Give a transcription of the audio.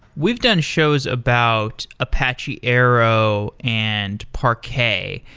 we've done shows about apache avro and parquet,